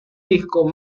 disco